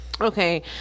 Okay